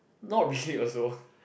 not really also